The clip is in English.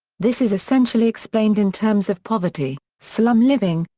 this is essentially explained in terms of poverty, slum living,